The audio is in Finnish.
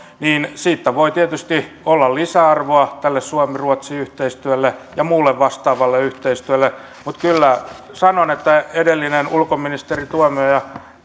voi tietysti olla lisäarvoa tälle suomi ruotsi yhteistyölle ja muulle vastaavalle yhteistyölle mutta kyllä sanon edellinen ulkoministeri tuomioja että